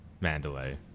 Mandalay